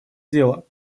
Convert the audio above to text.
дела